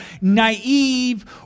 naive